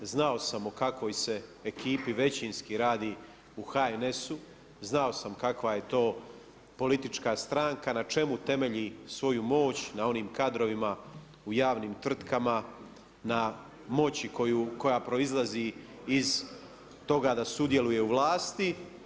Znao sam o kakvoj se ekipi većinski radi u HNS-u, znao sam kakva je to politička stranka, na čemu temelji svoju moć, na onim kadrovima u javnim tvrtkama, na moći koja proizlazi iz toga da sudjeluju u vlasti.